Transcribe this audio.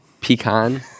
Pecan